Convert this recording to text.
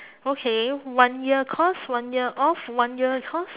okay one year cos one year off one year cos